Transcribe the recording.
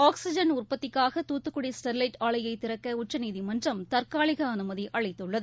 oxygen உற்பத்திக்காக Thoothukudi Sterlite ஆலையைதிறக்கஉச்சநீதிமன்றம் தற்காலிகஅனுமதிஅளித்துள்ளது